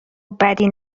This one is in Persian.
بدی